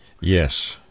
yes